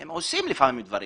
הם עושים לפעמים דברים.